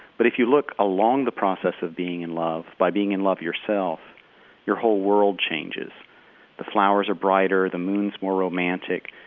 but if you look along the process of being in love, by being in love yourself your whole world changes the flowers are brighter, the moon is more romantic,